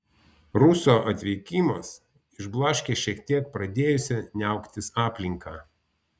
ruso atvykimas išblaškė šiek tiek pradėjusią niauktis aplinką